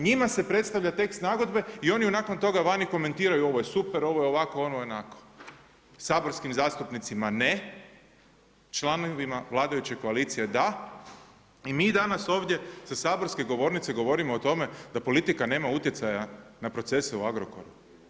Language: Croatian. Njima se predstavlja tekst nagodbe i oni nakon toga vani komentiraju ovo je super, ovo je onako, ovo je onako, saborskim zastupnicima ne, članovima vladajuće koalicije da, i mi danas ovdje sa saborske govornice govorimo o tome da politika nema utjecaja na procese u Agrokoru?